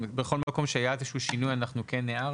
בכל מקום שבו היה איזה שהוא שינוי אנחנו כן הערנו,